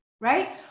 right